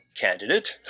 candidate